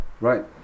right